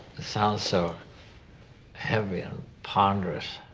sounds so heavy and ponderous.